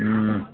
ம்